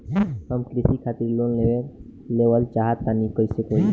हम कृषि खातिर लोन लेवल चाहऽ तनि कइसे होई?